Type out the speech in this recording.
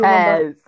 Yes